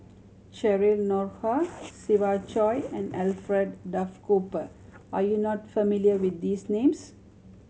Cheryl Noronha Siva Choy and Alfred Duff Cooper are you not familiar with these names